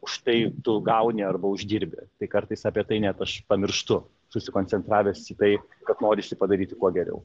už tai tu gauni arba uždirbi tai kartais apie tai net aš pamirštu susikoncentravęs į tai kad norisi padaryti kuo geriau